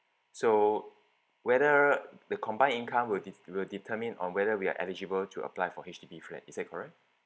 so whether the combined income will de~ will determine on whether we are eligible to apply for H_D_B flat is that correct